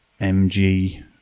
MG